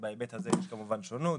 בהיבט הזה יש כמובן שונות,